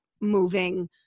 moving